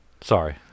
sorry